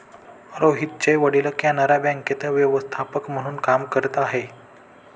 रोहितचे वडील कॅनरा बँकेत व्यवस्थापक म्हणून काम करत आहे